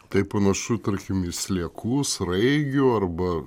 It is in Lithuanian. tai panašu tarkim į sliekų sraigių arba